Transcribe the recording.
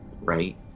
right